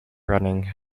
running